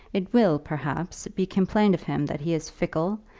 it will, perhaps, be complained of him that he is fickle,